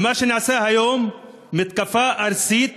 מה שנעשה היום זה מתקפה ארסית